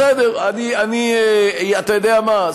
בסדר, אתה יודע מה?